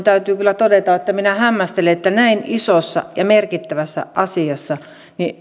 täytyy kyllä todeta että minä hämmästelen että näin isossa ja merkittävässä asiassa